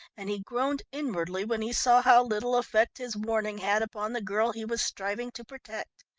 and he groaned inwardly when he saw how little effect his warning had upon the girl he was striving to protect.